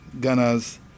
Ghana's